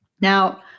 Now